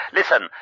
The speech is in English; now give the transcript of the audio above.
listen